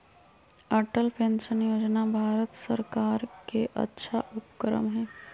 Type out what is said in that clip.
Atal pension Yojana Bharat सर्कार के अच्छा उपक्रम हई